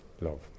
love